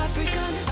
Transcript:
African